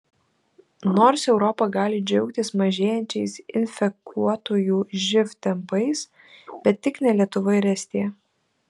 nors europa gali džiaugtis mažėjančiais infekuotųjų živ tempais bet tik ne lietuva ir estija